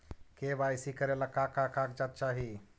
KYC करे ला का का कागजात चाही?